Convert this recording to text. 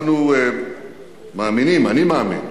אנחנו מאמינים, אני מאמין,